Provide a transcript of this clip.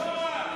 לדבר.